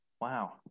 Wow